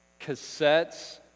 cassettes